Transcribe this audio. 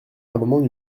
l’amendement